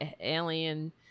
alien